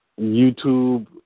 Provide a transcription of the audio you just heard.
YouTube